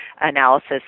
Analysis